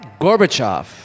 Gorbachev